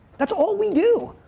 that's all we do,